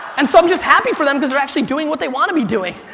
and so i'm just happy for them, cause they're actually doing what they wanna be doing,